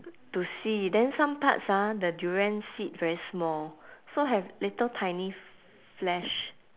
to see then some parts ah the durian seed very small so have little tiny flesh